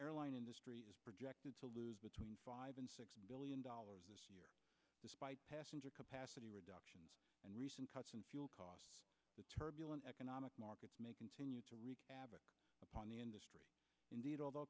airline industry is projected to lose between five and six billion dollars a year despite passenger capacity reductions and recent cuts in fuel costs turbulent economic markets may continue to wreak havoc upon the industry indeed although